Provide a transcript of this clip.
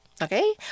Okay